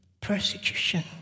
persecution